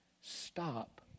stop